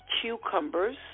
cucumbers